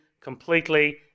completely